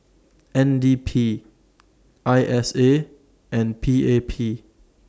N D P I S A and P A P